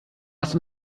lasst